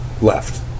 left